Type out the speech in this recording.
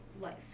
life